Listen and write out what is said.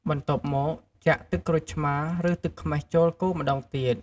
បន្ទាប់មក ចាក់ ទឹកក្រូចឆ្មារ ឬទឹកខ្មេះ ចូល កូរម្តងទៀត។